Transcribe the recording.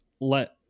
let